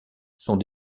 sont